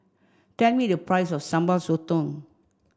tell me the price of Sambal Sotong